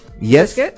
yes